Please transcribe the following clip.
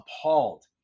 appalled